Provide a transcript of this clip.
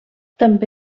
també